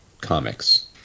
comics